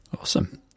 awesome